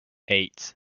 eight